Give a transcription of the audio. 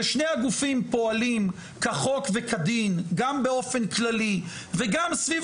ושני הגופים פועלים כחוק וכדין גם באופן כללי וגם סביב